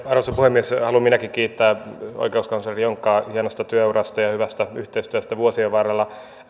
arvoisa puhemies haluan minäkin kiittää oikeuskansleri jonkkaa hienosta työurasta ja ja hyvästä yhteistyöstä vuosien varrella